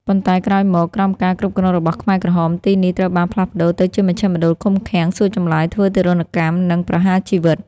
ប៉ុន្តែក្រោយមក ក្រោមការគ្រប់គ្រងរបស់ខ្មែរក្រហម ទីនេះត្រូវបានផ្លាស់ប្តូរទៅជាមជ្ឈមណ្ឌលឃុំឃាំង សួរចម្លើយ ធ្វើទារុណកម្ម និងប្រហារជីវិត។